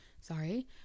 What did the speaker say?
Sorry